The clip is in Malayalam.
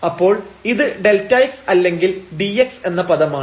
അപ്പോൾ ഇത് Δx അല്ലെങ്കിൽ dx എന്ന പദമാണ്